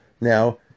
now